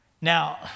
Now